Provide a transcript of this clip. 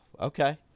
okay